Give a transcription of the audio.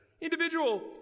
Individual